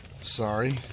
Sorry